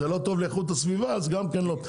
זה לא טוב לאיכות הסביבה אז גם זה לא.